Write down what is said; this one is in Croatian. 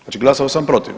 Znači glasao sam protiv.